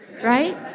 right